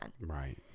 Right